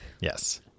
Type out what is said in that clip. Yes